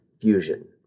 fusion